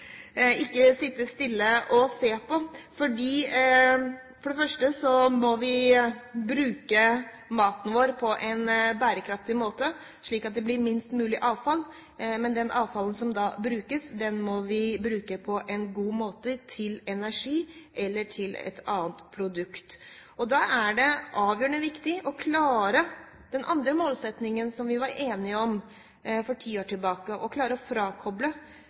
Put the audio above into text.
det første må vi bruke maten vår på en bærekraftig måte, slik at det blir minst mulig avfall. Og det avfallet som brukes, må vi bruke på en god måte – til energi eller til et annet produkt. Da er det avgjørende viktig å klare den andre målsettingen som vi var enige om for ti år siden – å frakoble